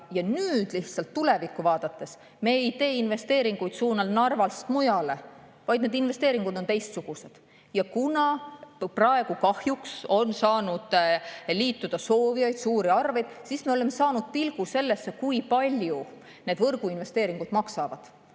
on. Nüüd, lihtsalt tulevikku vaadates, me ei tee investeeringuid suunal "Narvast mujale", vaid need investeeringud on teistsugused. Kuna praegu on saanud liituda soovijad kahjuks suuri arveid, siis me oleme saanud heita pilgu sellele, kui palju need võrguinvesteeringud maksavad.